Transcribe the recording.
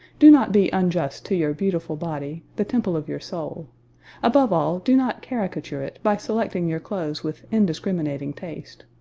do not be unjust to your beautiful body, the temple of your soul above all, do not caricature it by selecting your clothes with indiscriminating taste.